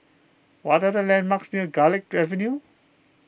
what are the landmarks near Garlick Avenue